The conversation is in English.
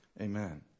Amen